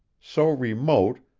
so remote,